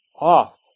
off